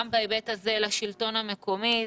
גם בהיבט הזה, לשלטון המקומי,